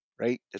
right